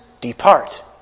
depart